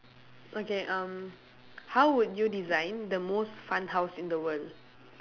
okay um how would you design the most fun house in the world